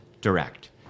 direct